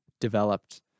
developed